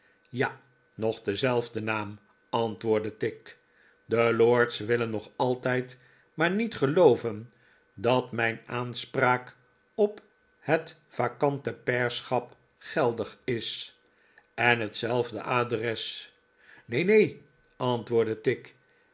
ja nog dezelfde naam antwoordde tigg de lords willen nog altijd maar niet gelooven dat mijn aanspraak op net vacante pairscnap geldig is en hetzelfde adres r neen neen antwoordde tigg